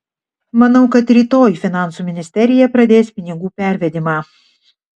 manau kad rytoj finansų ministerija pradės pinigų pervedimą